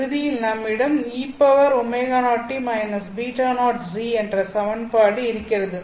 இறுதியில் நம்மிடம் என்ற சமன்பாடு இருக்கிறது